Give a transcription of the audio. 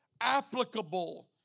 applicable